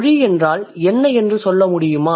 மொழி என்றால் என்ன என்று சொல்ல முடியுமா